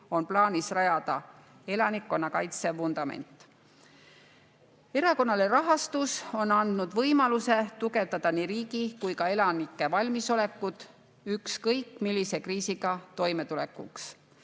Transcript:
plaanis rajada elanikkonnakaitse vundament. Erakorraline rahastus on andnud võimaluse tugevdada nii riigi kui ka elanike valmisolekut ükskõik millise kriisiga toimetulekuks.